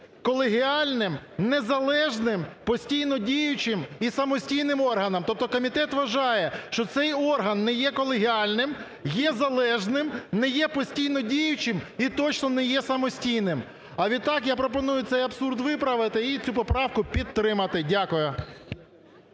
колегіальним незалежним постійно діючим і самостійним органом, тобто комітет вважає, що цей орган не є колегіальним, є залежним, не є постійно діючим і точно не є самостійним. А відтак я пропоную цей абсурд виправити і цю поправку підтримати. Дякую.